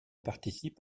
participe